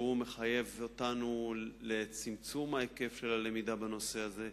שמחייב אותנו לצמצום היקף הלמידה בנושא הזה.